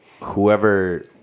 whoever